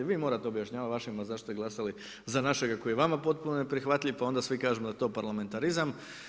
Vi morate objašnjavati, zašto se glasali za našega, koji je vama potpuno neprihvatljiv, pa onda svi kažemo da je to parlamentarizam.